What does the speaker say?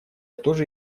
тоже